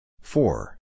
four